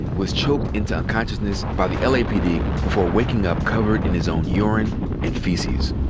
was choked into unconsciousness by the lapd before waking up covered in his own urine and feces.